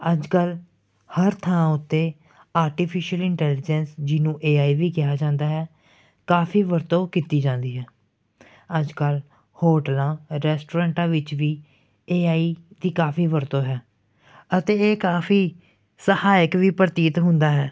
ਅੱਜ ਕੱਲ ਹਰ ਥਾਂ ਉੱਤੇ ਆਰਟੀਫਿਸ਼ਲ ਇੰਟੈਲੀਜੈਂਸ ਜਿਹਨੂੰ ਏ ਆਈ ਵੀ ਕਿਹਾ ਜਾਂਦਾ ਹੈ ਕਾਫੀ ਵਰਤੋਂ ਕੀਤੀ ਜਾਂਦੀ ਹੈ ਅੱਜ ਕੱਲ ਹੋਟਲਾਂ ਰੈਸਟੋਰੈਂਟਾਂ ਵਿੱਚ ਵੀ ਏ ਆਈ ਦੀ ਕਾਫੀ ਵਰਤੋਂ ਹੈ ਅਤੇ ਇਹ ਕਾਫੀ ਸਹਾਇਕ ਵੀ ਪ੍ਰਤੀਤ ਹੁੰਦਾ ਹੈ